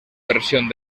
versión